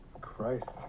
Christ